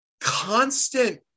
constant